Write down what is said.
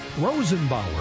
Rosenbauer